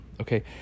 Okay